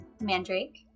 mandrake